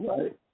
Right